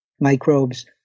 microbes